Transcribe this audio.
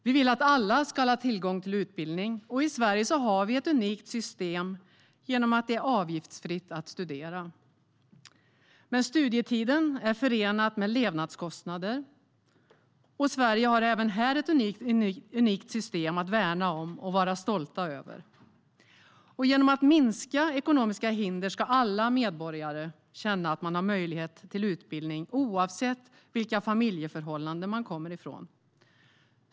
Vi vill att alla ska ha tillgång till utbildning, och i Sverige har vi ett unikt system genom att det är avgiftsfritt att studera. Men studietiden är förenad med levnadskostnader, och Sverige har även här ett unikt system att värna om och vara stolta över. Genom minskade ekonomiska hinder ska alla medborgare känna att de har möjlighet till utbildning, oavsett vilka familjeförhållanden de kommer ifrån.